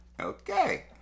okay